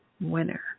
winner